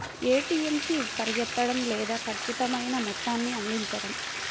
ATM కి పరిగెత్తడం లేదా ఖచ్చితమైన మొత్తాన్ని అందించడం